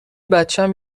بچم